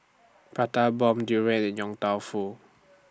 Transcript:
Prata Bomb Durian and Yong Tau Foo